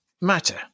matter